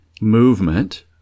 movement